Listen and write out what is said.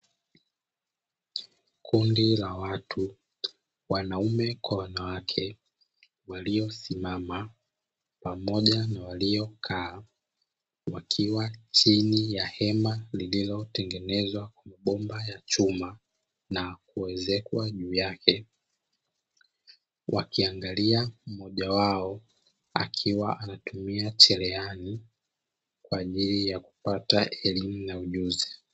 Kundi la watu, wanaume kwa wanawake, walio simama pamoja na waliokaa, wakiwa chini ya hema lililotengenezwa kwa bomba za chuma na kuezekwa juu yake, wakiangalia mmoja wao, akiwa anatumia cheleani kwa ajili ya kupata elimu na ujuzi."